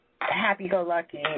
happy-go-lucky